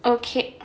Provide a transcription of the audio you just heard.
okay